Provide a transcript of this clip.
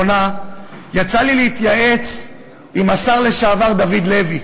יצא לי להתייעץ עם השר לשעבר דוד לוי.